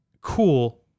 cool